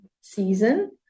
season